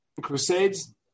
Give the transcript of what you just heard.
crusades